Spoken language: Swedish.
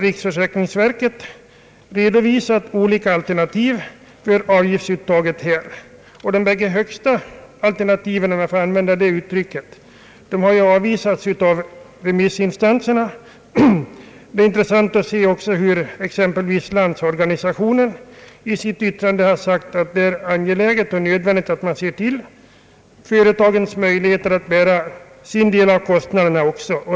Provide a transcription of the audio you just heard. Riksförsäkringsverket har redovisat olika alternativ för avgiftsuttaget. De två högsta alternativen, om jag får använda det uttrycket, har avvisats av remissinstanserna. Det är intressant att se att Landsorganisationen i sitt yttrande har funnit det angeläget och nödvändigt att företagen ges möjligheter att bära sin del av kostnaderna.